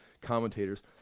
commentators